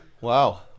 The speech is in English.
wow